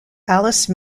alice